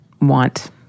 want